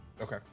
Okay